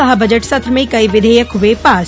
कहा बजट सत्र में कई विधेयक हुए पास